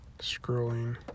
scrolling